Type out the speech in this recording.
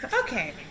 Okay